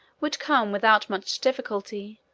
would come, without much difficulty,